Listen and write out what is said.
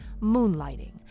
moonlighting